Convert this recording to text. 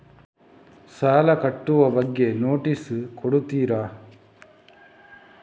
ಸಾಲ ಕಟ್ಟುವ ಬಗ್ಗೆ ನೋಟಿಸ್ ಕೊಡುತ್ತೀರ?